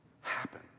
happen